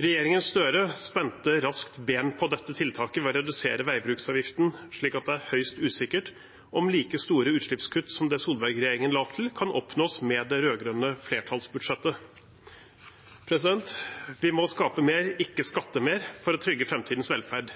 Regjeringen Støre spente raskt bein på dette tiltaket ved å redusere veibruksavgiften, slik at det er høyst usikkert om like store utslippskutt som det Solberg-regjeringen la opp til, kan oppnås med det rød-grønne flertallsbudsjettet. Vi må skape mer, ikke skatte mer, for å trygge framtidens velferd.